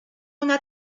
una